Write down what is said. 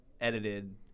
edited